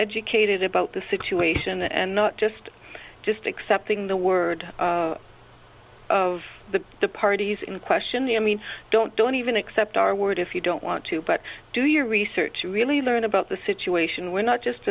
educated about the situation and not just just accepting the word of the parties in question the i mean don't don't even accept our word if you don't want to but do your research to really learn about the situation we're not just